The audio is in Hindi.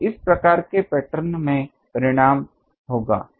तो इस प्रकार के पैटर्न में परिणाम होगा